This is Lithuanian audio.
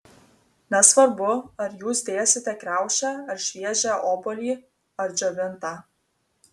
nesvarbu ar jūs dėsite kriaušę ar šviežią obuolį ar džiovintą